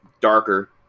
darker